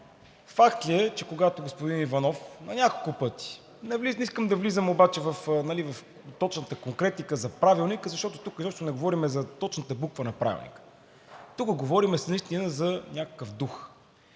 факт ли е, че когато господин Иванов на няколко пъти, не искам да влизам обаче в точната конкретика за Правилника, защото тук изобщо не говорим за точната буква на Правилника, тук говорим наистина за някакъв дух,